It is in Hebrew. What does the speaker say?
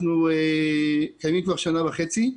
אנחנו קיימים כבר שנה וחצי.